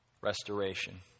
restoration